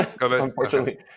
Unfortunately